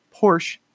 Porsche